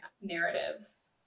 narratives